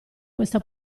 questa